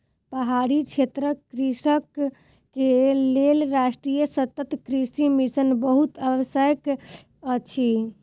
पहाड़ी क्षेत्रक कृषक के लेल राष्ट्रीय सतत कृषि मिशन बहुत आवश्यक अछि